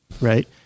right